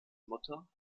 mutter